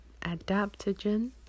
adaptogen